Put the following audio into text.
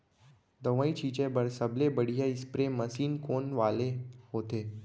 दवई छिंचे बर सबले बढ़िया स्प्रे मशीन कोन वाले होथे?